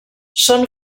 són